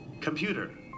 Computer